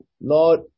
Lord